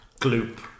gloop